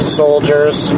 soldier's